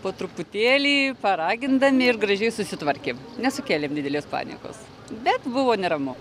po truputėlį paragindami ir gražiai susitvarkėm nesukėlėm didelės panikos bet buvo neramu